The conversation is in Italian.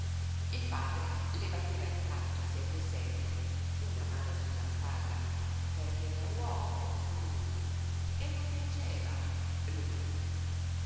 il padre le batteva intanto serio serio una mano sulla spalla perché era uomo lui e non piangeva lui